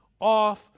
off